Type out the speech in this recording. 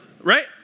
right